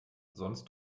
sonst